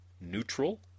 neutral